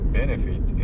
benefit